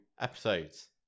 episodes